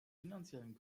finanziellen